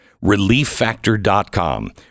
Relieffactor.com